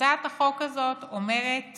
הצעת החוק הזאת אומרת